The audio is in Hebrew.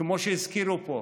כמו שהזכירו פה,